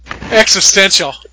existential